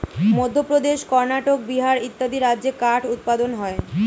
মধ্যপ্রদেশ, কর্ণাটক, বিহার ইত্যাদি রাজ্যে কাঠ উৎপাদন হয়